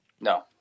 No